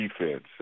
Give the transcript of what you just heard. Defense